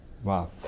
Wow